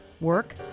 work